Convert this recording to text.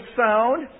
sound